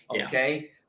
Okay